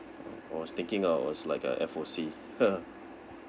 I was thinking of it was like a F_O_C